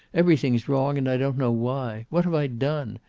everything's wrong, and i don't know why. what have i done?